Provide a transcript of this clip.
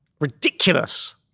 Ridiculous